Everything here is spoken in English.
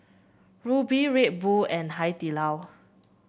Rubi Red Bull and Hai Di Lao